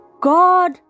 God